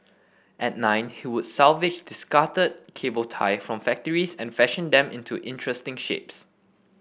at nine he would salvage discarded cable tie from factories and fashion them into interesting shapes